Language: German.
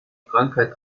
krankheit